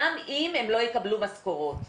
גם אם הם לא יקבלו משכורות.